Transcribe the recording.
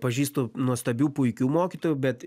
pažįstu nuostabių puikių mokytojų bet